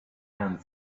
end